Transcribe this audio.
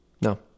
No